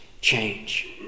change